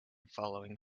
following